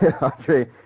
Andre